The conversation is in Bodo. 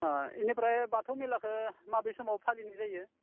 बिनिफ्राय बाथौ मेलाखो माबे समाव फालिनाय जायो